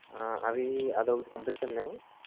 అవీ అదొకిటి పంపించండి